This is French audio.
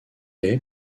est